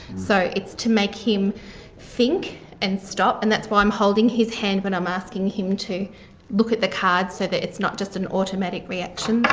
so it's to make him think and stop, and that's why i'm holding his hand when i'm asking him to look at the card, so that it's not just an automatic reaction.